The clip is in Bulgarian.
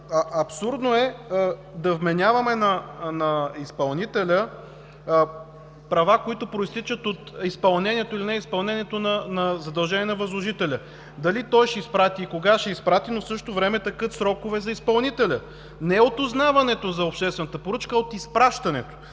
Абсурдно е да вменяваме на изпълнителя права, които произтичат от изпълнението или неизпълнението на задължение на възложителя – дали той ще изпрати и кога ще изпрати, но в същото време текат срокове за изпълнителя. Не от узнаването за обществената поръчка, а от изпращането